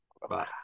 Bye-bye